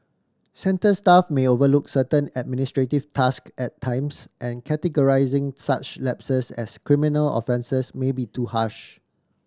centre staff may overlook certain administrative task at times and categorising such lapses as criminal offences may be too harsh